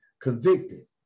convicted